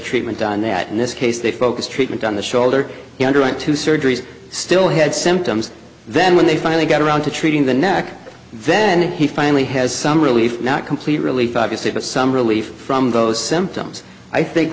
treatment on that in this case they focus treatment on the shoulder he underwent two surgeries still had symptoms then when they finally got around to treating the net then he finally has some relief not complete relief five you say but some relief from those symptoms i think